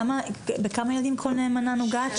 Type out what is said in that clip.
שבכמה ילדים כל נאמנה נוגעת?